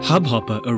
Hubhopper